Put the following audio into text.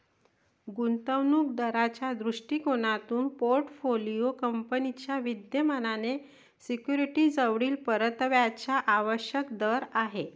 गुंतवणूक दाराच्या दृष्टिकोनातून पोर्टफोलिओ कंपनीच्या विद्यमान सिक्युरिटीजवरील परताव्याचा आवश्यक दर आहे